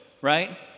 right